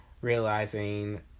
Realizing